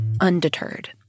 undeterred